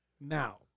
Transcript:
Now